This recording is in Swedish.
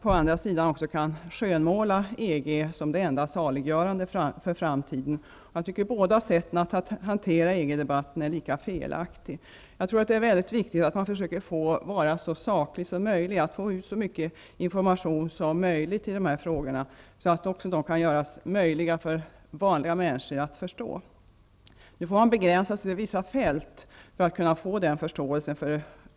Å andra sidan kan man också skönmåla EG som det enda saliggörande för framtiden. Jag tycker att båda sätten att hantera EG-debatten är lika felaktiga. Det är mycket viktigt att man försöker vara så saklig som möjligt och få ut så mycket information som möjligt i de här frågorna, så att också vanliga människor också kan förstå dem. För att kunna få den förståelsen måste man begränsa sig till vissa fält.